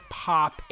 pop